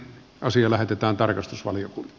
asia lähetetään tarkastusvaliokunta